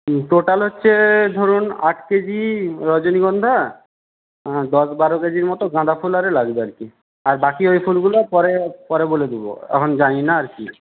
total হচ্ছে ধরুন আট কেজি রজনীগন্ধা দশ বারো কেজির মতো গাঁদা ফুল আরে লাগবে আর কি আর বাকি ওই ফুলগুলো পরে পরে বলে দিব এখন জানি না আর কি